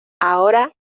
ahora